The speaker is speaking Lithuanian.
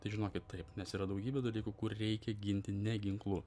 tai žinokit taip nes yra daugybė dalykų kur reikia ginti ne ginklu